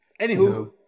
Anywho